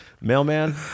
Mailman